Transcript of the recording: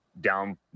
down